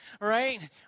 right